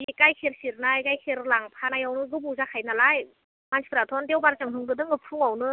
बे गाइखेर सेरनाय गाइखेर लांफानायावनो गोबाव जाखायोनालाय मानसिफ्राथ' देवबारसोआव होंगो दोंगो फुङावनो